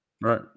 Right